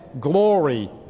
glory